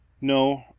No